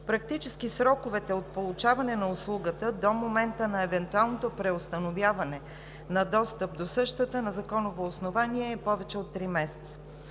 Практически сроковете от получаване на услугата до момента на евентуалното преустановяване на достъп до същата на законово основание е повече от три месеца.